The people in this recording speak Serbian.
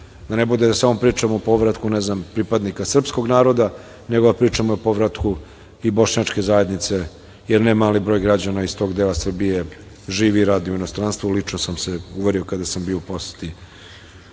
ne bude da samo pričamo o povratku pripadnika srpskog naroda, nego da pričamo o povratku i Bošnjačke zajednice, jer nemali broj građana iz tog dela Srbije, živi i radi u inostranstvu i lično sam se uverio kada sam bio u poseti